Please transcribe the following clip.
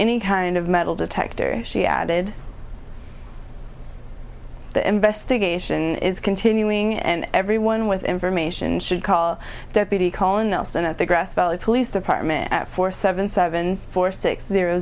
any kind of metal detector she added the investigation is continuing and everyone with information should call deputy call in nelson at the grass valley police department at four seven seven four six zero